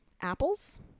apples